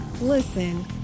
listen